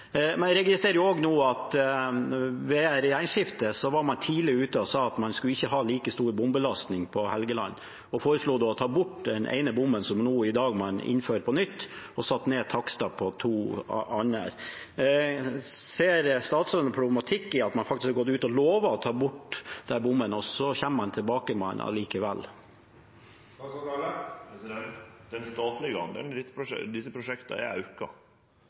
at ved regjeringsskiftet var man tidlig ute og sa at man ikke skulle ha like stor bombelastning på Helgeland. Man foreslo å ta bort den ene bommen, som man i dag innfører på nytt, og å sette ned takstene på to andre. Ser statsråden problematikk i at man faktisk har gått ut og lovet å ta bort bommen når man allikevel kommer tilbake med den? Den statlege delen i desse prosjekta er auka